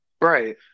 Right